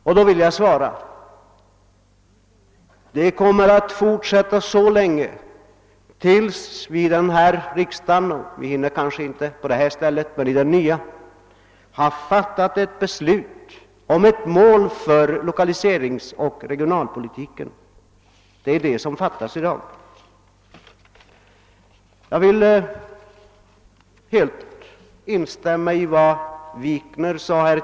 Jag vill svara att det kommer att fortsätta tills vi i det här huset — eller det blir nog på det nya stället, vi lär inte hinna göra det här — har fattat beslut om ett mål för lokaliseringsoch regionalpolitiken. Det är detta som saknas i dag.